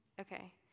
Okay